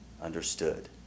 Understood